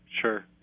Sure